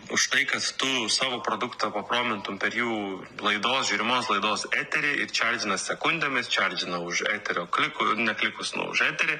už tai kad tu savo produktą papromintum per jų laidos žiūrimos laidos eterį ir čerdžina sekundėmis čerdžina už eterio klikų ne klikus nu už eterį